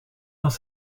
dans